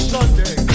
Sunday